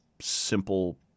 simple